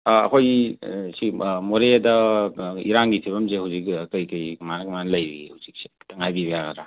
ꯑꯩꯈꯣꯏꯒꯤ ꯁꯤ ꯃꯣꯔꯦꯗ ꯏꯔꯥꯡꯒꯤ ꯐꯤꯚꯝꯁꯦ ꯍꯧꯖꯤꯛ ꯀꯔꯤ ꯀꯔꯤ ꯀꯃꯥꯏꯅ ꯀꯃꯥꯏꯅ ꯂꯩꯔꯤꯒꯦ ꯍꯧꯖꯤꯛꯁꯦ ꯈꯤꯇꯪ ꯍꯥꯏꯕꯤꯕ ꯌꯥꯒꯗ꯭ꯔꯥ